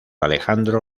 alejandro